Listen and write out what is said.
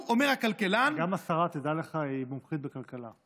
גם השרה, תדע לך, היא מומחית בכלכלה.